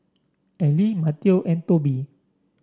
Allie Matteo and Tobi